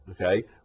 okay